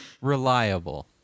reliable